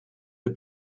der